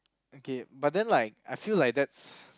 okay but then like I feel like that's